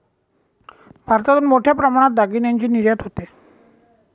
भारतातून मोठ्या प्रमाणात दागिन्यांची निर्यात होते